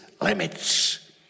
limits